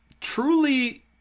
Truly